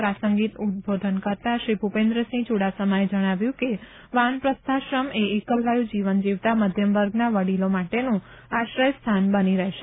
પ્રાસંગિક ઉદબોધન કરતા શ્રી ભુપેન્દ્રસિંહ ચુડાસમાએ જણાવ્યું કે વન પ્રસ્થા શ્રમ એ એકલવાયુ જીવન જીવતા મધ્યમ વર્ગના વડીલો માટેનું આશ્રય સ્થાન બની રહેશે